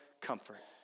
comfort